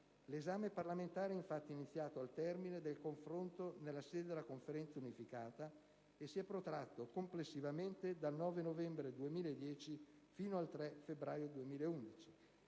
L'esame parlamentare infatti è iniziato al termine del confronto nella sede della Conferenza unificata e si è protratto complessivamente dal 9 novembre 2010 fino al 3 febbraio 2011.